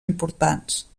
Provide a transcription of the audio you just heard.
importants